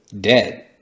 Dead